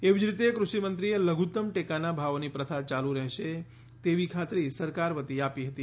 એવી જ રીતે ક્રષિમંત્રીએ લધુત્તમ ટેકાના ભાવોની પ્રથા યાલુ રહેશે તેવી ખાતરી સરકાર વતી આપી હતી